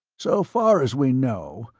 so far as we know,